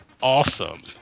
awesome